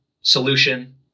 solution